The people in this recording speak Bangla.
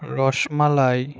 রসমালাই